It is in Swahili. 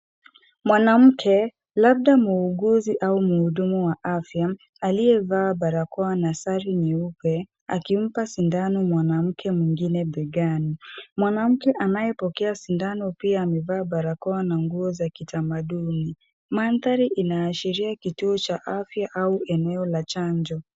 Mwanamke labda muuguzi au mhudumu wa afya aliyevaa barakoa na sare nyeupe akimpa sindano mwanamke mwingine begani. Mwanamke anayepokea sindano pia amevaa barakoa na nguo za kitamaduni. Mandhari inaashiria kituo cha afya au eneo la chanjo.